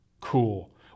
cool